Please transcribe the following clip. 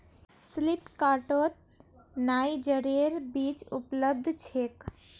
फ्लिपकार्टत नाइजरेर बीज उपलब्ध छेक